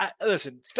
Listen